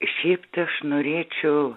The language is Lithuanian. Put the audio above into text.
šiaip tai aš norėčiau